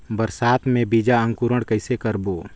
बरसात मे बीजा अंकुरण कइसे करबो?